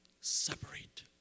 Separate